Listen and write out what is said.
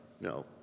no